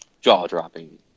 jaw-dropping